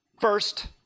first